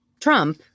Trump